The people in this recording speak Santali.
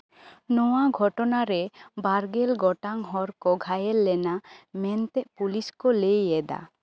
ᱱᱚᱣᱟ ᱜᱷᱚᱴᱚᱱᱟᱨᱮ ᱵᱟᱨ ᱜᱮᱞ ᱜᱚᱴᱟᱝ ᱦᱚᱲ ᱠᱚ ᱜᱷᱟᱭᱮᱞ ᱞᱮᱱᱟ ᱢᱮᱱᱛᱮ ᱯᱩᱞᱤᱥ ᱠᱚ ᱞᱟᱹᱭ ᱮᱫᱟ